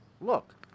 Look